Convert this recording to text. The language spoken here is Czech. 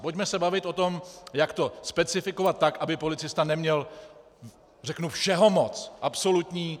Pojďme se bavit o tom, jak to specifikovat tak, aby policista neměl všehomoc, absolutní.